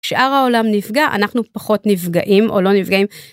שאר העולם נפגע אנחנו פחות נפגעים או לא נפגעים.